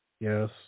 Yes